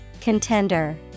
Contender